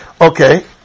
Okay